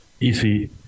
easy